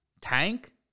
Tank